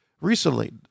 recently